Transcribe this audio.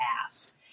past